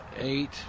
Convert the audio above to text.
eight